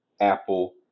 Apple